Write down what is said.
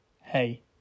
Hey